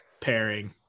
pairing